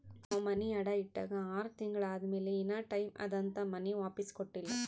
ನಾವ್ ಮನಿ ಅಡಾ ಇಟ್ಟಾಗ ಆರ್ ತಿಂಗುಳ ಆದಮ್ಯಾಲ ಇನಾ ಟೈಮ್ ಅದಂತ್ ಮನಿ ವಾಪಿಸ್ ಕೊಟ್ಟಿಲ್ಲ